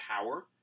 power